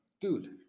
Dude